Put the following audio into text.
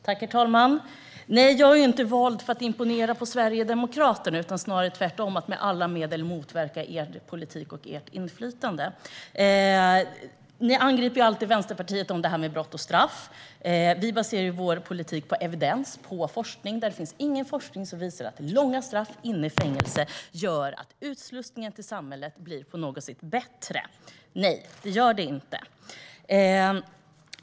Herr talman! Nej, jag är inte vald för att imponera på Sverigedemokraterna, snarare tvärtom. Jag är vald för att med alla medel motverka er politik och ert inflytande. Ni angriper alltid Vänsterpartiet för detta med brott och straff. Vi baserar vår politik på evidens, på forskning. Det finns ingen forskning som visar att långa fängelsestraff gör att utslussningen till samhället blir bättre. Nej, det gör det inte.